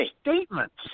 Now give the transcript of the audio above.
statements